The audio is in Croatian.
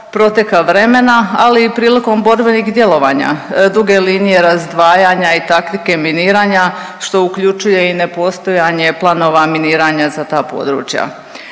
proteka vremena, ali i prilikom borbenih djelovanja, duge linije razdvajanja i taktike miniranja, što uključuje i nepostojanje planova miniranja za ta područja.